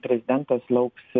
prezidentas lauks